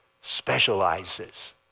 specializes